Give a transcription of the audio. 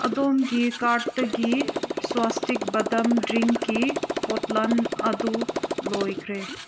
ꯑꯗꯣꯝꯒꯤ ꯀꯥꯔꯠꯇꯒꯤ ꯁ꯭ꯋꯥꯁꯇꯤꯛ ꯕꯗꯥꯝ ꯗ꯭ꯔꯤꯡꯀꯤ ꯄꯣꯠꯂꯝ ꯑꯗꯨ ꯂꯣꯏꯈ꯭ꯔꯦ